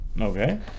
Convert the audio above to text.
Okay